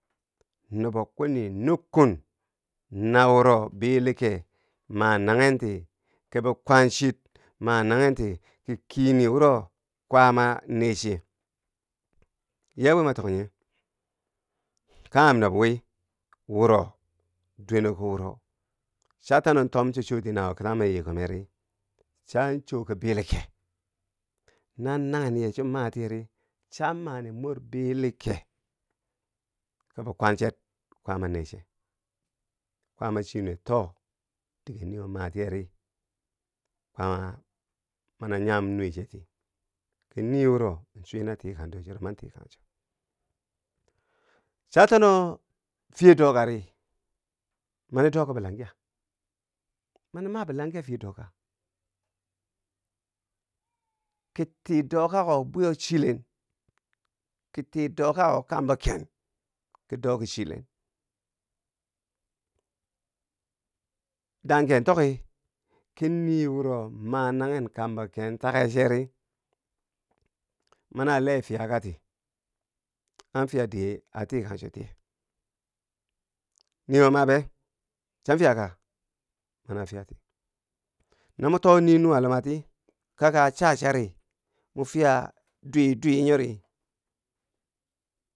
Mubo kwini nukkun nawuro bili kee, ma nangheti kibi kwang chut, ma nanghenti ki kini wuro kwaama nee chiyeu, yee bwi ma tok nye? kanghem nob wi wuro dwene ko wuro, cha tano tom cha chooti nawo kitang ma yii kom merii, cha chooki bilike na nanghen yee cha matiyeri, cha mani mor bilkike, kibi kwangcher kwaama neche kwaama chi nuwe too dige niiwomatiyeri kwaama mani nyam nuwe cheti, ki nii wuro chwi natikang dor chero, mantikangcho. cha tano fiye dokari mani doki bilangya, mani ma bilangya fiye doka, ki tii doka ko bwiyo chilen, kitii dokako kwambo ken, ki doki chilen. dangke tokki ki nii wuroma nanghen kambonken take cheri mani a lee fiya kati, an fiya dige a tikang cho tiye. niiwo ma be chan fiyaka? mani a fiyati, no mo too ni nuwa lumati, kaka cha chari mo fiya dwidwi nyori.